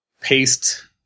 paste